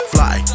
Fly